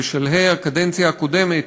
בשלהי הקדנציה הקודמת,